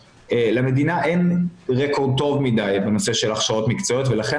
למדינה אין רקורד טוב מדי בנושא של הכשרות מקצועיות ולכן